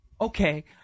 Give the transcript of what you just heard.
Okay